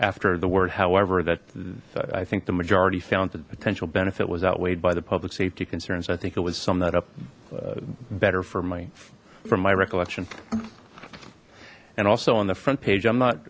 after the word however that i think the majority found that potential benefit was outweighed by the public safety concerns i think it was some that up better for mine from my recollection and also on the front page i'm not